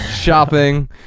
shopping